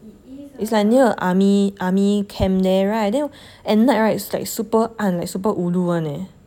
it's like near a army army camp there right then at night it's like super 暗 like super ulu [one] eh